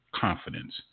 confidence